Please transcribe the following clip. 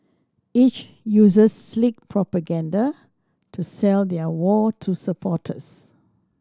each uses slick propaganda to sell their war to supporters